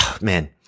man